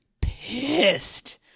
pissed